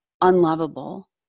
unlovable